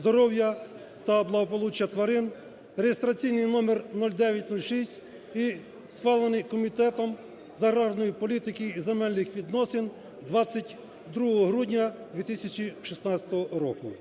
здоров'я та благополуччя тварин (реєстраційний номер 0906) і схвалений Комітетом з аграрної політики та земельних відносин 22 грудня 2016 року.